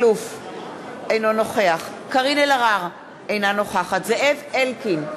אינו נוכח קארין אלהרר, אינה נוכחת זאב אלקין,